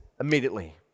immediately